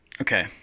Okay